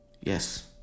Yes